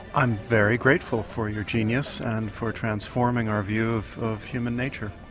i'm very grateful for your genius and for transforming our view of of human nature.